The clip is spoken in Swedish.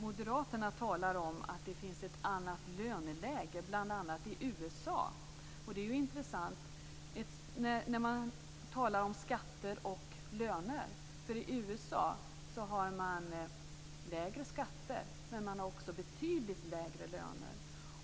Moderaterna talar om att det finns ett annat löneläge, bl.a. i USA. Det är ju intressant när man talar om skatter och löner. I USA har man lägre skatter, men man har också betydligt lägre löner.